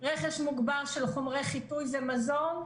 רכש מוגבר של חומרי חיטוי ומזור,